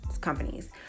companies